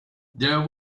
there